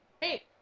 Hey